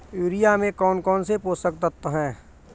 Urea में कौन कौन से पोषक तत्व है?